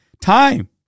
time